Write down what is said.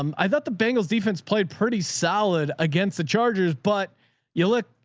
um i thought the bengals defense played pretty solid against the chargers, but you look,